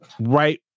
right